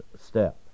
step